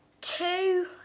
Two